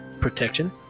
protection